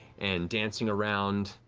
and dancing around.